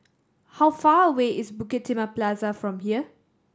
how far away is Bukit Timah Plaza from here